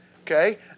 Okay